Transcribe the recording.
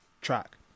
track